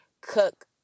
cook